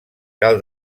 cal